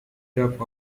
dub